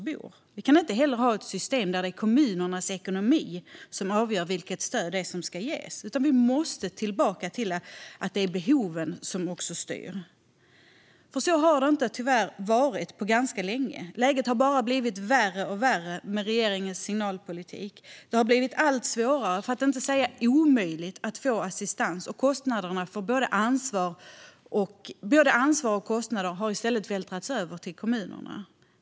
Men vi kan inte ha ett system där det är kommunernas ekonomi som avgör vilket stöd som ska ges, utan vi måste tillbaka till att det är behoven som styr. Tyvärr har det inte varit så på länge, och läget har bara blivit värre och värre med regeringens signalpolitik. Det har blivit allt svårare, för att inte säga omöjligt, att få statlig assistans, och både ansvar och kostnader har i stället vältrats över på kommunerna.